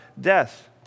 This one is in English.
death